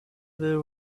were